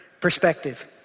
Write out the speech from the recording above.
perspective